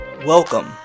Welcome